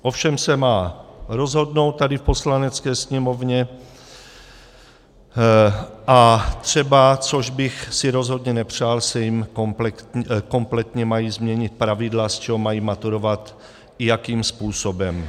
O všem se má rozhodnout tady v Poslanecké sněmovně, a třeba, což bych si rozhodně nepřál, se jim kompletně mají změnit pravidla, z čeho mají maturovat i jakým způsobem.